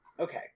Okay